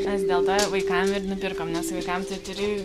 mes dėl to vaikam ir nupirkom nes vaikam tai turi